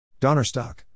Donnerstock